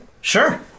sure